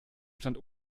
stand